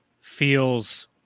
Feels